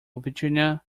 virginia